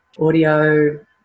Audio